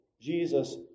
Jesus